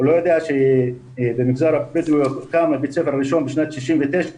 הוא לא יודע שבמגזר הבדואי הוקם בית הספר הראשון בשנת 69'